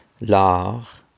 L'art